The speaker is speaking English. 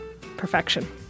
Perfection